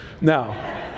Now